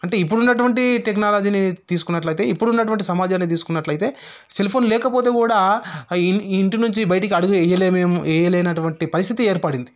అంటే ఇప్పుడున్నటువంటి టెక్నాలజీని తీసుకున్నట్లయితే ఇప్పుడున్నటువంటి సమాజాన్ని తీసుకున్నట్లయితే సెల్ఫోన్ లేకపోతే కూడా ఇంటి నుంచి బయటికి అడుగు వేయలేమేమో వేయలేనటువంటి పరిస్థితి ఏర్పడింది